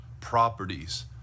properties